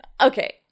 Okay